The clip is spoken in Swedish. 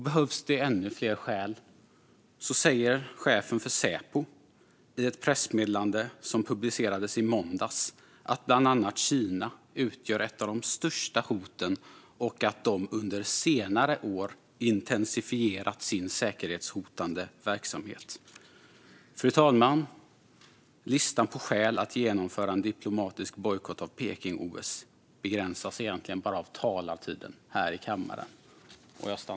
Behövs det ännu fler skäl kan jag säga att chefen för Säpo i ett pressmeddelande som publicerades i måndags säger att bland annat Kina utgör ett av de största hoten och att de under senare år intensifierat sin säkerhetshotande verksamhet. Fru talman! Listan med skäl för att genomföra en diplomatisk bojkott av Peking-OS begränsas egentligen bara av talartiden här i kammaren.